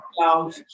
love